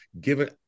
given